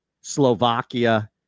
Slovakia